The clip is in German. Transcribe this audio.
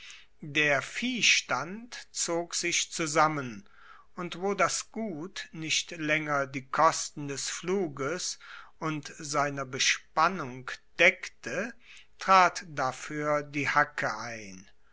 der viehstand zog sich zusammen und wo das gut nicht laenger die kosten des pfluges und seiner bespannung deckte trat dafuer die hacke ein